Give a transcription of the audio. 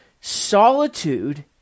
Solitude